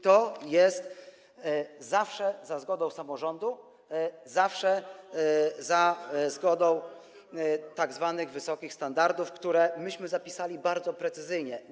To jest zawsze za zgodą samorządu, zawsze za zgodą tzw. wysokich standardów, które zapisaliśmy bardzo precyzyjnie.